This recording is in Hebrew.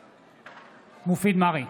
בעד מופיד מרעי,